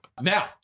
Now